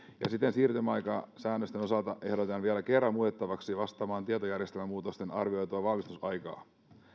ja siten siirtymäaikaa säännösten osalta ehdotetaan vielä kerran muutettavaksi vastaamaan tietojärjestelmämuutosten arvioitua valmistumisaikaa